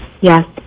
Yes